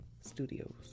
Studios